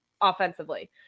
offensively